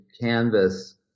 canvas